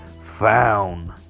found